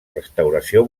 restauració